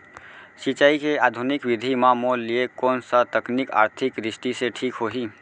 सिंचाई के आधुनिक विधि म मोर लिए कोन स तकनीक आर्थिक दृष्टि से ठीक होही?